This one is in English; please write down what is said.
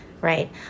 Right